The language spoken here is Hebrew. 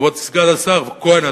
כבוד סגן השר כהן,